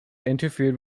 interfered